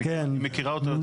היא מכירה אותו יותר.